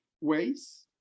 ways